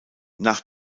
nach